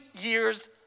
years